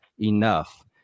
enough